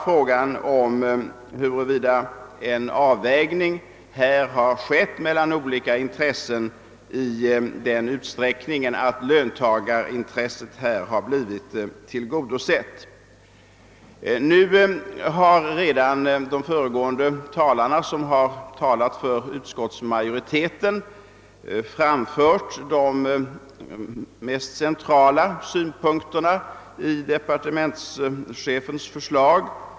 Frågan är bara huruvida avvägningen mellan olika intressen här har skett på sådant sätt att löntagarintresset blivit tillgodosett. De föregående talarna som företrätt utskottsmajoriteten har redan framfört de mest centrala synpunkterna på de Partementschefens förslag.